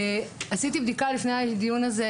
עשיתי בדיקה לפני הדיון הזה,